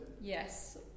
Yes